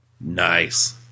Nice